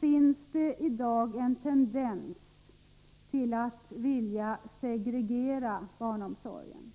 finns i dag en tendens till att vilja segregera barnomsorgen.